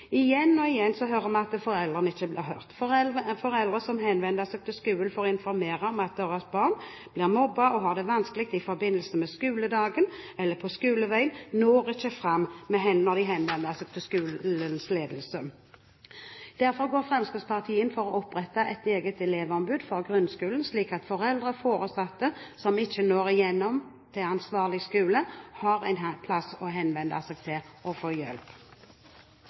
Igjen og igjen hører vi at foreldrene ikke blir hørt. Foreldrene som henvender seg til skolen for å informere om at deres barn blir mobbet og har det vanskelig i forbindelse med skoledagen eller på skoleveien, når ikke fram når de henvender seg til skolens ledelse. Derfor går Fremskrittspartiet inn for å opprette et eget elevombud for grunnskolen, slik at foreldre og foresatte som ikke når igjennom til ansvarlig skole, har en plass å henvende seg til og få hjelp.